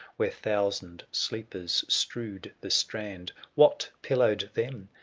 where thousand sleepers strewed the strand. what pillowed them?